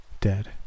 Dead